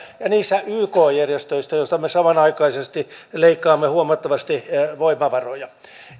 ja niissä yk järjestöissä joista me samanaikaisesti leikkaamme huomattavasti voimavaroja